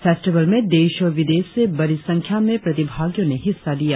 festival में देश और विदेश से बड़ी संख्या में प्रतिभागियों ने हिस्सा लिया